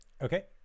okay